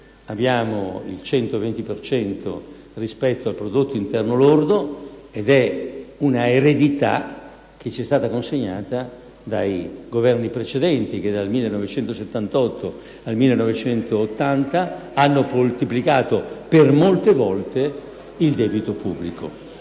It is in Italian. abbiamo il 120 per cento rispetto al prodotto interno lordo, ed è un'eredità che ci è stata consegnata dai Governi precedenti, che dal 1978 al 1980 hanno moltiplicato per molte volte il debito pubblico.